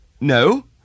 no